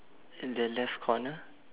in the left corner